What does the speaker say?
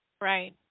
Right